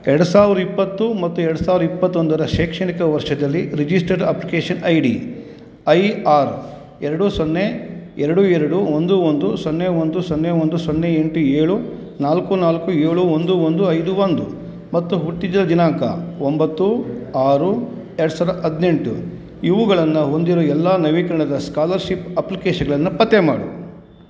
ಎರಡು ಸಾವಿರ ಇಪ್ಪತ್ತು ಮತ್ತು ಎರಡು ಸಾವಿರ ಇಪ್ಪತ್ತೊಂದರ ಶೈಕ್ಷಣಿಕ ವರ್ಷದಲ್ಲಿ registered application I D I R ಎರಡು ಸೊನ್ನೆ ಎರಡು ಎರಡು ಒಂದು ಒಂದು ಸೊನ್ನೆ ಒಂದು ಸೊನ್ನೆ ಒಂದು ಸೊನ್ನೆ ಎಂಟು ಏಳು ನಾಲ್ಕು ನಾಲ್ಕು ಏಳು ಒಂದು ಒಂದು ಐದು ಒಂದು ಮತ್ತು ಹುಟ್ಟಿದ ದಿನಾಂಕ ಒಂಬತ್ತು ಆರು ಎರಡು ಸಾವಿರ ಹದಿನೆಂಟು ಇವುಗಳನ್ನು ಹೊಂದಿರೋ ಎಲ್ಲ ನವೀಕರಣದ ಸ್ಕಾಲರ್ಶಿಪ್ ಅಪ್ಲಿಕೇಶನ್ಗಳನ್ನು ಪತ್ತೆ ಮಾಡು